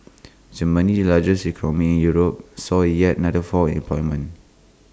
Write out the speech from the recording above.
Germany the largest economy in Europe saw IT yet matter fall in unemployment